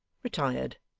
retired,